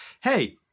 hey